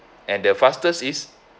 and the fastest is